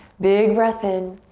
big breath in.